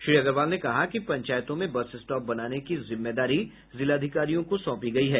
श्री अग्रवाल ने कहा कि पंचायतों में बस स्टॉप बनाने की जिम्मेदारी जिलाधिकारियों को सौंपी गयी है